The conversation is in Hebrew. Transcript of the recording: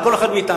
על כל אחד מאתנו.